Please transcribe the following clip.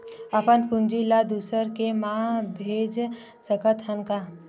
अपन पूंजी ला दुसर के मा भेज सकत हन का?